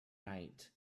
night